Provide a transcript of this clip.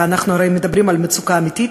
ואנחנו הרי מדברים על מצוקה אמיתית,